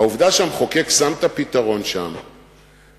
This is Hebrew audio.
העובדה שהמחוקק שם את הפתרון שם ובתי-המשפט,